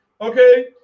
okay